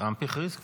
טראמפ הכריז כבר.